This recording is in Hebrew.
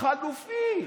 חלופי.